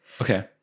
okay